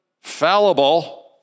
fallible